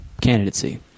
candidacy